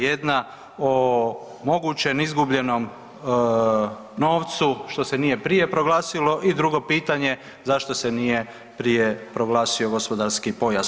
Jedna o mogućem izgubljenom novcu što se nije prije proglasilo i drugo pitanje, zašto se nije prije proglasio gospodarski pojas.